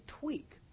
tweak